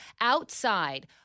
outside